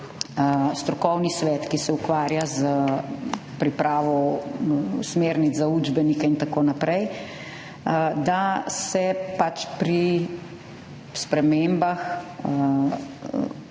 strokovni svet, ki se ukvarja s pripravo smernic za učbenike in tako naprej, pri spremembah